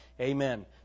amen